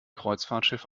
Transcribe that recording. kreuzfahrtschiff